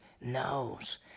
knows